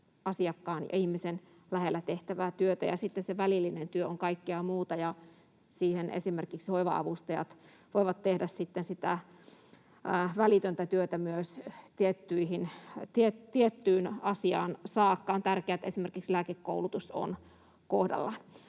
asiakkaan ja ihmisen lähellä tehtävää työtä. Sitten se välillinen työ on kaikkea muuta, ja esimerkiksi hoiva-avustajat voivat tehdä sitä välitöntä työtä tiettyyn asiaan saakka — on tärkeää, että esimerkiksi lääkekoulutus on kohdallaan.